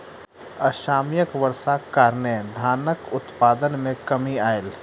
असामयिक वर्षाक कारणें धानक उत्पादन मे कमी आयल